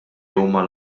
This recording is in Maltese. huma